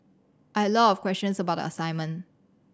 I had a lot of questions about assignment